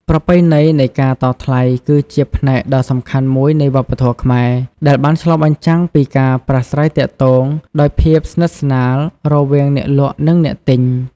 ប្រពៃណីនៃការតថ្លៃ គឺជាផ្នែកដ៏សំខាន់មួយនៃវប្បធម៌ខ្មែរ ដែលបានឆ្លុះបញ្ចាំងពីការប្រាស្រ័យទាក់ទងដោយភាពស្និទ្ធស្នាលរវាងអ្នកលក់ និងអ្នកទិញ។